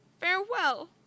Farewell